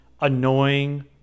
annoying